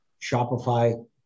Shopify